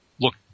look